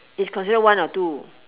is considered one or two